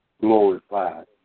glorified